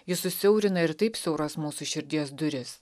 ji susiaurina ir taip siauras mūsų širdies duris